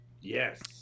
yes